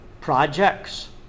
projects